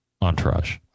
Entourage